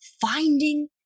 finding